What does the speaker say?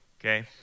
Okay